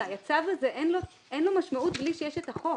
הצו הזה אין לו משמעות בלי שיש את החוק.